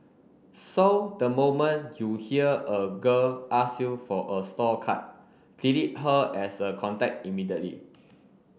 so the moment you hear a girl ask you for a store card delete her as a contact immediately